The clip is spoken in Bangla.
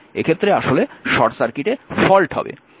এক্ষেত্রে আসলে সার্কিটে ফল্ট হবে